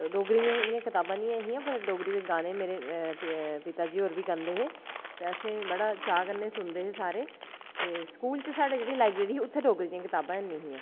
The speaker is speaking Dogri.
ते डोगरी दियां इ'यां कताबां निं ऐ हियां पर डोगरी दे गाने मेरे पिता जी होर बी गांदे हे ते असें बड़ा चाऽ कन्नै सुनदे हे सारे ते स्कूल च साढ़े जेह्ड़ी लाइब्रेरी ही उत्थै डोगरी दियां कताबां हैन्नी हियां